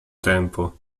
tempo